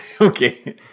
Okay